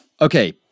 Okay